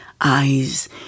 eyes